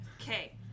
Okay